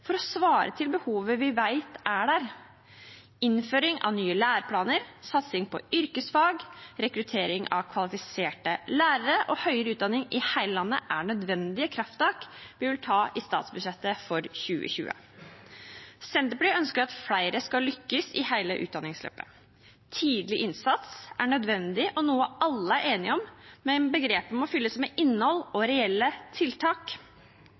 for å svare til behovet vi vet er der. Innføring av nye læreplaner, satsing på yrkesfag, rekruttering av kvalifiserte lærere og høyere utdanning i hele landet er nødvendige krafttak vi vil ta i statsbudsjettet for 2020. Senterpartiet ønsker at flere skal lykkes i hele utdanningsløpet. Tidlig innsats er nødvendig og noe alle er enige om, men begrepet må fylles med innhold og reelle tiltak.